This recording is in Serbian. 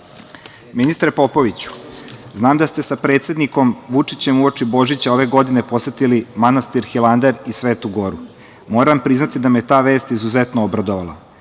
decu. Ministre Popoviću, znam da ste sa predsednikom Vučićem uoči Božića ove godine posetili manastir Hilandar i Svetu goru. Moram priznati da me je ta vest izuzetno obradovala.